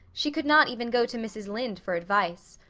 she could not even go to mrs. lynde for advice.